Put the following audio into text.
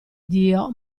dio